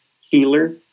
healer